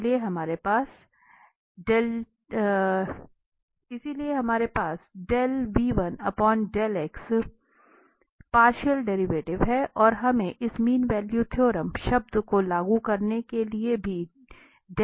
इसलिए हमारे पास पार्शियल डेरिवेटिव है और हमें इस मीन वैल्यू थ्योरम शब्द को लागू करने के लिए भी से विभाजित करना होगा